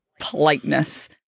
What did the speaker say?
politeness